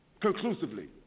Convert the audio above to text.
Conclusively